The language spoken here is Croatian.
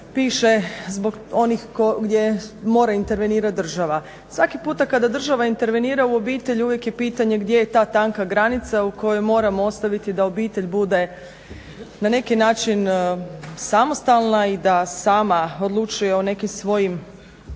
piše zbog onih gdje mora intervenirati država. Svaki puta kada država intervenira uvijek je pitanje gdje je ta tanka granica u kojoj moramo ostaviti da obitelj bude na neki način samostalna i da sama odlučuje o nekim svojim unutarnjim